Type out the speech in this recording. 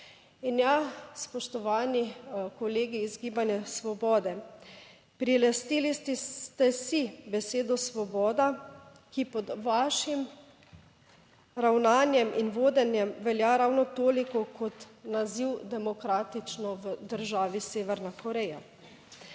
In ja, spoštovani kolegi iz Gibanja Svobode, prilastili ste si besedo svoboda, ki pod vašim ravnanjem in vodenjem velja ravno toliko kot naziv demokratično v državi Severna Koreja.